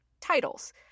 titles